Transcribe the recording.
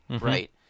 right